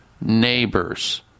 neighbors